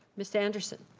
ms. anderson.